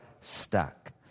stuck